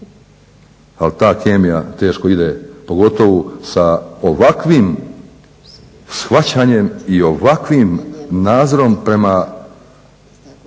Ali ta kemija teško ide, pogotovo sa ovakvim shvaćanjem i ovakvim nadzorom prema